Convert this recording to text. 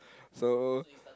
so